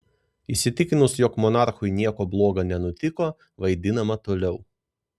įsitikinus jog monarchui nieko bloga nenutiko vaidinama toliau